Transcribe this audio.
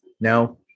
No